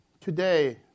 Today